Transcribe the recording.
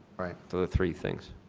right. so the three things.